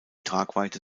tragweite